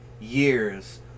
years